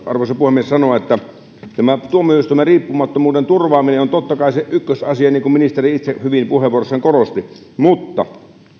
arvoisa puhemies sanoa että tämä tuomioistuimen riippumattomuuden turvaaminen on totta kai se ykkösasia niin kuin ministeri itse hyvin puheenvuorossaan korosti mutta